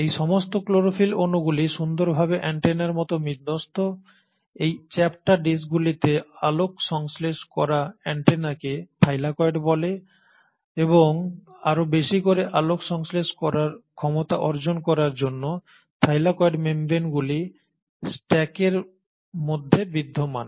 এই সমস্ত ক্লোরোফিল অণুগুলি সুন্দরভাবে অ্যান্টেনার মতো বিন্যস্ত এই চ্যাপ্টা ডিস্কগুলিতে আলোক সংশ্লেষ করা অ্যান্টেনাকে থাইলাকয়েড বলে এবং আরও বেশি করে আলোক সংশ্লেষ করার ক্ষমতা অর্জন করার জন্য থাইলেকয়েড মেমব্রেন গুলি স্ট্যাকের মধ্যে বিদ্যমান